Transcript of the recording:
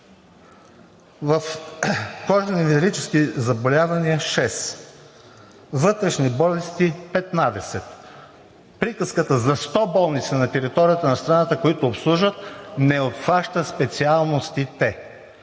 в „Кожно-венерически заболявания“ – 6, „Вътрешни болести“ – 15. Приказката за 100 болници на територията на страната, които обслужват, не обхваща специалностите.